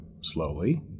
slowly